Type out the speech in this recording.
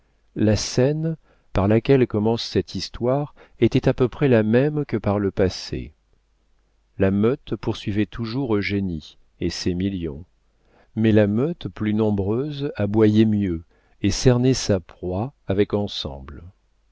la scène par laquelle commence cette histoire était à peu près la même que par le passé la meute poursuivait toujours eugénie et ses millions mais la meute plus nombreuse aboyait mieux et cernait sa proie avec ensemble